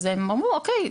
אז הם אמרו אוקיי,